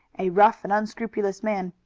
a rough and unscrupulous man,